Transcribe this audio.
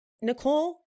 Nicole